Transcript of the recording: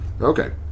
Okay